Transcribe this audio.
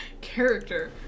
character